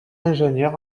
ingénieur